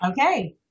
Okay